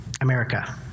America